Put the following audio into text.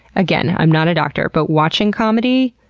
again, i'm not a doctor. but watching comedy?